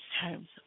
times